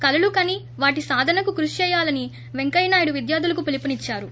కలలు కని వాటి సాధనకు కృషి చేయాలనీ వెంకయ్య నాయుడు విద్యార్లులకు పిలుపునిద్సారు